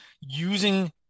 using